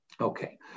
Okay